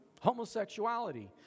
homosexuality